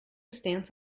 stance